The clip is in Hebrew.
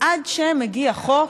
עד שמגיע חוק,